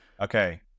Okay